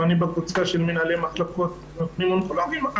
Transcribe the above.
ואני בקבוצה של מנהלי מחלקות ומכונים אונקולוגיים,